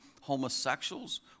homosexuals